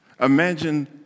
imagine